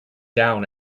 down